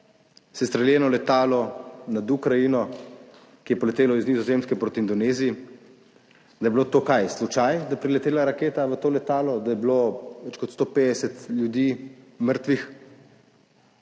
sestreljeno letalo nad Ukrajino, ki je poletelo iz Nizozemske proti Indoneziji? Da je bilo to – kaj? - slučaj, da je priletela raketa v to letalo? Da je bilo več kot 150 ljudi mrtvih.